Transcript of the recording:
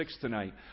tonight